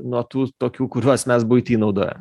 nuo tų tokių kuriuos mes buity naudojam